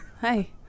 Hey